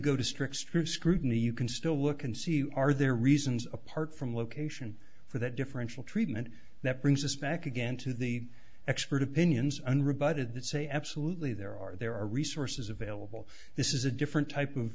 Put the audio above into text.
to strict strict scrutiny you can still look and see are there reasons apart from location for that differential treatment that brings us back again to the expert opinions unrebutted that say absolutely there are there are resources available this is a different type of